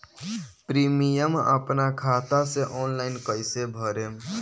Premium अपना खाता से ऑनलाइन कईसे भरेम?